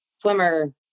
swimmer